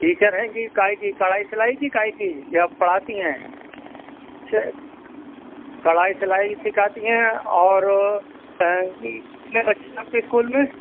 teacher ہیں جی کا ہے کی کرھائی سلائی کی کا ہے کی یا پڑھاتی ہیں اچھا کرھائی سلائی سکھاتی ہیں اور کتنے بچے ہیں آپ کے اسکول میں